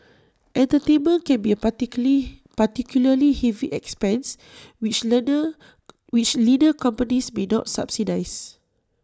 entertainment can be A party curly particularly heavy expense which learner which leaner companies may not subsidise